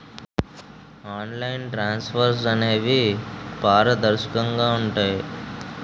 online transfers అనేవి పారదర్శకంగా ఉంటాయి